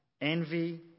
envy